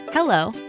Hello